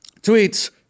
tweets